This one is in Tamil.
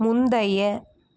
முந்தைய